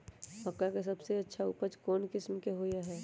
मक्का के सबसे अच्छा उपज कौन किस्म के होअ ह?